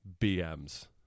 BMs